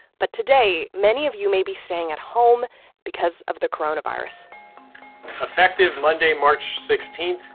but today, many of you may be staying at home because of the coronavirus effective monday, march sixteen,